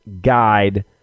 guide